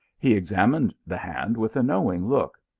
he examined the hand with a knowing look.